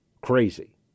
crazy